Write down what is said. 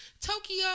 Tokyo